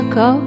go